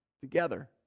together